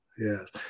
Yes